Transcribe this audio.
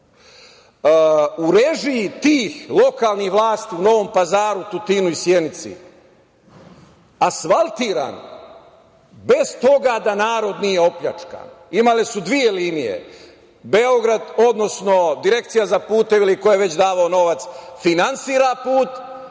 u režiji tih lokalnih vlasti u Novom Pazaru, Tutinu i Sjenici asfaltiran, bez toga da narod nije opljačkan. Imali su dve linije, Beograd, odnosno Direkcija za puteve ili ko je već davao novac, finansira put,